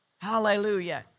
Hallelujah